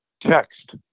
text